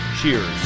cheers